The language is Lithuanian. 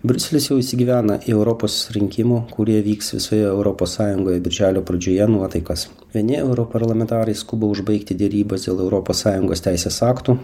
briuselis jau įsigyvena į europos rinkimų kurie vyks visoje europos sąjungoj birželio pradžioje nuotaikas vieni europarlamentarai skuba užbaigti derybas dėl europos sąjungos teisės aktų